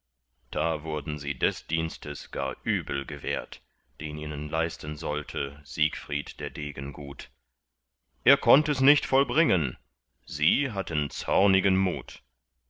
da wurden sie des dienstes gar übel gewährt den ihnen leisten sollte siegfried der degen gut er konnt es nicht vollbringen sie hatten zornigen mut